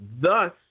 Thus